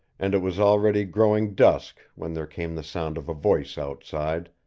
and it was already growing dusk when there came the sound of a voice outside,